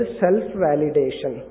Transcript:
self-validation